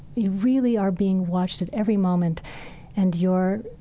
you really are being watched at every moment and you're,